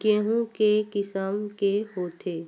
गेहूं के किसम के होथे?